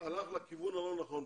הלך לכיוון הלא נכון.